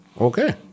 Okay